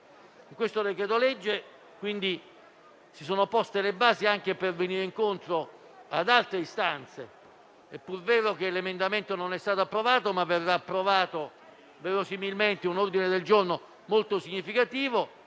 Con questo decreto-legge si sono poste le basi anche per venire incontro ad altre istanze. È pur vero che l'emendamento non è stato approvato, ma verrà approvato verosimilmente un ordine del giorno molto significativo